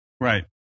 Right